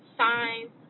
signs